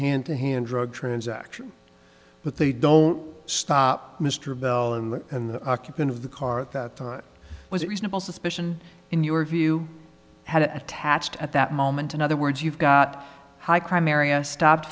hand to hand drug transactions but they don't stop mr belin and the occupant of the car at that time was it reasonable suspicion in your view had it attached at that moment in other words you've got a high crime area stopped